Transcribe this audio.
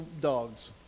dogs